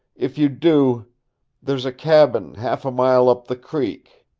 if you do there's a cabin half a mile up the creek.